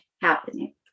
happening